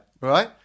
Right